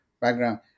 background